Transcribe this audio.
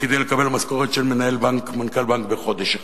כדי לקבל משכורת של מנכ"ל בנק בחודש אחד.